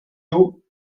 eaux